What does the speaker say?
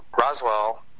Roswell